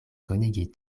konigi